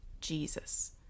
Jesus